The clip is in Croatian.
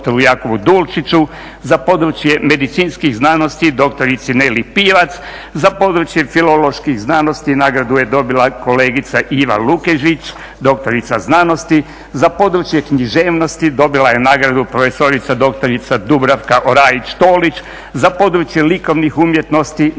za područje medicinskih znanosti dr. Neli Pivac, za područje filoloških znanosti nagradu je dobila kolegica Iva Lukešić dr.sc., za područje književnosti dobila je nagradu prof.dr. Dubravka Oraić Tolić, za područje likovnih umjetnosti nagradu